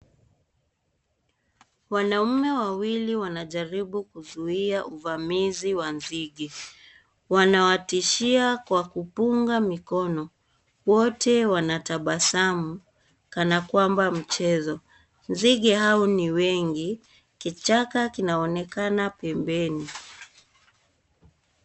Wanaume wawili wanajaribu kuzuia uvamizi wa nzige . wanawatishia kwa kupunga mikono . Wote wanatabasamu kana kwamba mchezo . Nzige hao ni wengi , kichaka kinaonekana pembeni.